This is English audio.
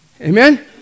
Amen